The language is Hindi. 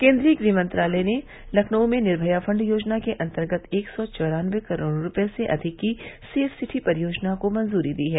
केन्द्रीय गृह मंत्रालय ने लखनऊ में निर्मया फंड योजना के अन्तर्गत एक सौ चौरानवें करोड़ रूपये से अधिक की सेफ सिटी परियोजना को मंजूरी दी है